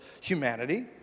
humanity